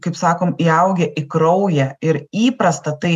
kaip sakom įaugę į kraują ir įprasta tai